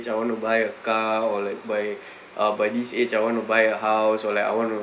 I want to buy a car or like buy uh by this age I want to buy a house or like I want to